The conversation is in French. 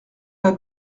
pas